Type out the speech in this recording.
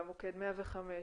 גם מוקד 105,